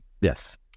Yes